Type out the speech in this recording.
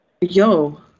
Yo